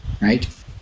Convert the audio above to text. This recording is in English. right